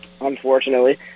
unfortunately